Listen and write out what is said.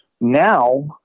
Now